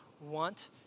want